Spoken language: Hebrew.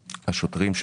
השוטרים?